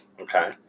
Okay